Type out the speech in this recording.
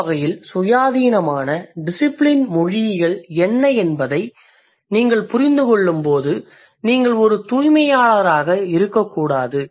அந்த வகையில் சுயாதீனமான டிசிபிலின் மொழியியல் என்ன என்பதை நீங்கள் புரிந்து கொள்ளும்போது நீங்கள் ஒரு தூய்மையாளராக இருக்கக்கூடாது